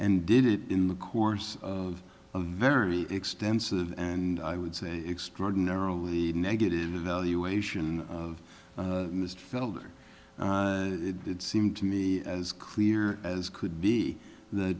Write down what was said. and did it in the course of a very extensive and i would say extraordinarily negative evaluation of mr felder it seemed to me as clear as could be the